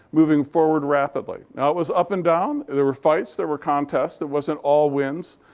moving forward rapidly. now, it was up and down. there were fights. there were contests. it wasn't all wins.